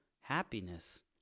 happiness